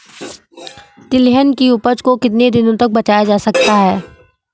तिलहन की उपज को कितनी दिनों तक बचाया जा सकता है?